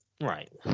right